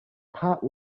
part